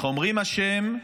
אנחנו אומרים "השם",